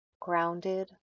grounded